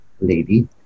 lady